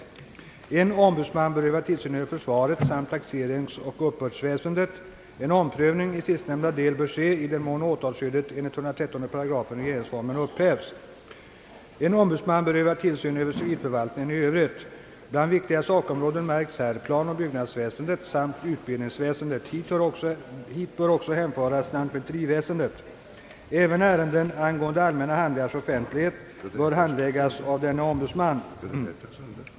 En ombudsman bör öva tillsyn över försvaret samt taxeringsoch uppbördsväsendet. En omprövning i sistnämnda del bör ske i den mån åtalsskyddet enligt 113 § regeringsformen upphävs. En ombudsman bör öva tillsyn över civilförvaltningen i övrigt. Bland viktiga sakområden märks här planoch byggnadsväsendet samt utbildningsväsendet. Hit bör också hänföras lantmäteriväsendet. Även ärenden angående allmänna handlingars offentlighet bör handläggas av denne ombudsman.